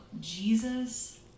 Jesus